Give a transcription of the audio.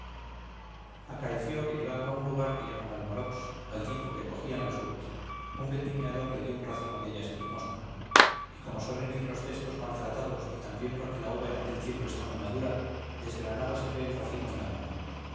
acaeció que llegando a un lugar que llaman almorox al tiempo que cogían las uvas un vendimiador le dio un racimo dellas en limosna y como suelen ir los cestos maltratados y también porque la uva en aquel tiempo está muy madura desgranábasele el racimo en la mano